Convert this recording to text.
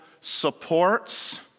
supports